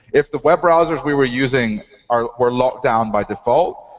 if the web browsers we were using um were locked down by default,